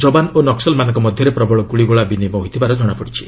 ଯବାନ ଓ ନକ୍ୱଲମାନଙ୍କ ମଧ୍ୟରେ ପ୍ରବଳ ଗୁଳିଗୋଳା ବିନିମୟ ହୋଇଥିବାର ଜଣାପଡ଼ିଛି